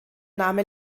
name